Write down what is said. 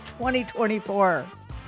2024